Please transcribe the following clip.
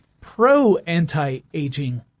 pro-anti-aging